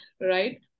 right